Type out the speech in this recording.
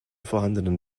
vorhandenen